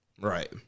right